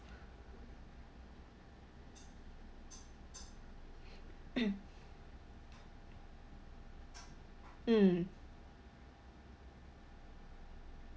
mm